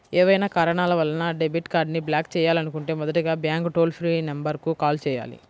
ఏవైనా కారణాల వలన డెబిట్ కార్డ్ని బ్లాక్ చేయాలనుకుంటే మొదటగా బ్యాంక్ టోల్ ఫ్రీ నెంబర్ కు కాల్ చేయాలి